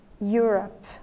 Europe